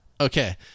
Okay